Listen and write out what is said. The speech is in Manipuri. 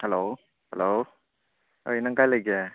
ꯍꯜꯂꯣ ꯍꯜꯂꯣ ꯍꯩ ꯅꯪ ꯀꯗꯥꯏ ꯂꯩꯒꯦ